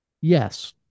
Yes